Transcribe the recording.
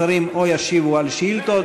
השרים או שישיבו על שאילתות,